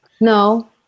no